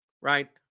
Right